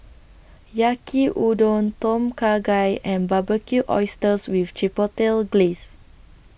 Yaki Udon Tom Kha Gai and Barbecued Oysters with Chipotle Glaze